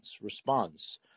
response